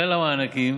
כלל המענקים